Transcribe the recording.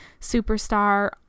superstar